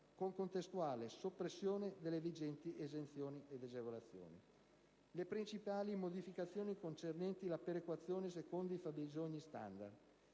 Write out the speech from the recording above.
con contestuale soppressione delle vigenti esenzioni ed agevolazioni. Passo ora alle principali modificazioni concernenti la perequazione secondo i fabbisogni standard.